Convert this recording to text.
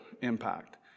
impact